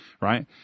right